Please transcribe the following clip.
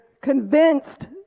convinced